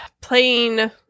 playing